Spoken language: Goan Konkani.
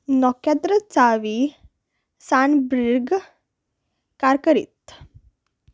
नोखेत्र चावी सानब्रिग कारकरीत